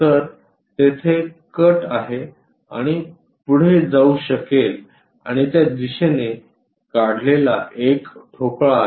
तर तेथे एक कट आहे आणि पुढे जाऊ शकेल आणि त्या दिशेने काढलेला एक ठोकळा आहे